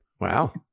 Wow